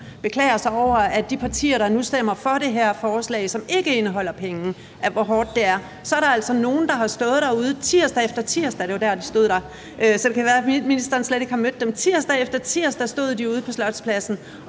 beklager sig over de partier, der nu stemmer for det her forslag, som ikke indeholder penge, og hvor hårdt det er, så er der altså nogle, der har stået derude tirsdag efter tirsdag – det var tirsdag, de stod der, så det kan være, ministeren slet ikke har mødt dem – på Slotspladsen